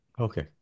Okay